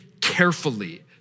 carefully